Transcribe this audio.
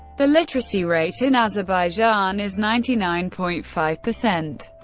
the literacy rate in azerbaijan is ninety nine point five percent.